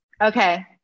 Okay